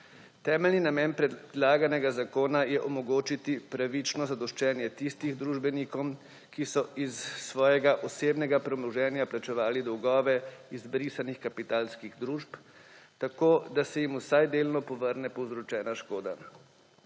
Temeljni namen predlaganega zakona je omogočiti pravično zadoščenje tistim družbenikom, ki so iz svojega osebnega premoženja plačevali dolgove izbrisanih kapitalskih družb, tako, da se jim vsaj delno povrne povzročena škoda.